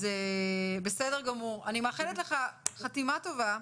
אני מאחלת לך חתימה טובה,